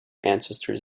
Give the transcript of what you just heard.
ancestors